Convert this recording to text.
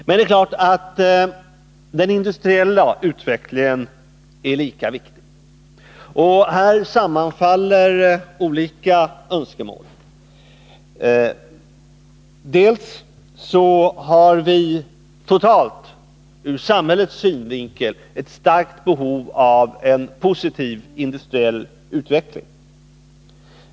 Men det är klart att den industriella utvecklingen är lika viktig. Och här sammanfaller olika önskemål. Vi har totalt, ur samhällets synvinkel, ett starkt behov av en positiv industriell utveckling.